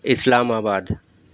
اسلام آباد